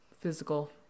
physical